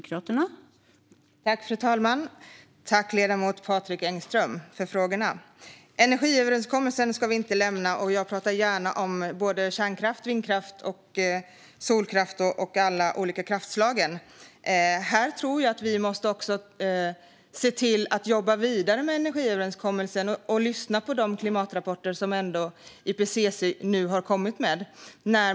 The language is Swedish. Fru talman! Tack, ledamoten Patrik Engström, för frågorna! Energiöverenskommelsen ska vi inte lämna, och jag pratar gärna om både kärnkraft, vindkraft, solkraft och alla olika kraftslag. Jag tror att vi måste se till att jobba vidare med energiöverenskommelsen och lyssna på de klimatrapporter som IPCC nu har kommit med.